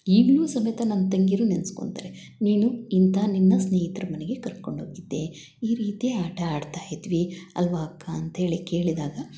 ಈಗಲು ಸಮೇತ ನನ್ನ ತಂಗೀರು ನೆನೆಸ್ಕೊಂತರೆ ನೀನು ಇಂಥ ನಿನ್ನ ಸ್ನೇಹಿತ್ರ ಮನೆಗೆ ಕರ್ಕೊಂಡು ಹೋಗಿದ್ದೆ ಈ ರೀತಿ ಆಟ ಆಡ್ತಾ ಇದ್ವಿ ಅಲ್ವಾ ಅಕ್ಕ ಅಂತೇಳಿ ಕೇಳಿದಾಗ